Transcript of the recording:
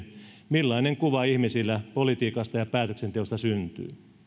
millainen kuva ihmisille politiikasta ja päätöksenteosta syntyy